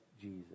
Jesus